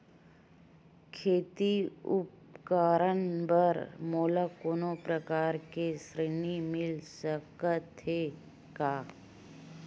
खेती उपकरण बर मोला कोनो प्रकार के ऋण मिल सकथे का?